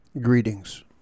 Greetings